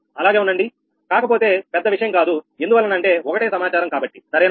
అలాగే ఉండండి కాకపోతే పెద్ద విషయం కాదు ఎందువలన అంటే ఒకటే సమాచారం కాబట్టి సరేనా